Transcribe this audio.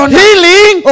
healing